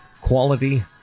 quality